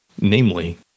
Namely